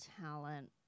talent